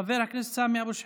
חבר הכנסת סמי אבו שחאדה,